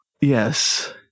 Yes